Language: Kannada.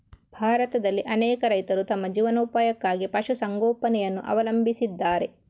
ಭಾರತದಲ್ಲಿ ಅನೇಕ ರೈತರು ತಮ್ಮ ಜೀವನೋಪಾಯಕ್ಕಾಗಿ ಪಶು ಸಂಗೋಪನೆಯನ್ನು ಅವಲಂಬಿಸಿದ್ದಾರೆ